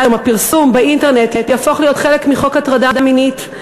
הפרסום באינטרנט יהפוך להיות חלק מחוק הטרדה מינית,